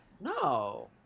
No